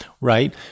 right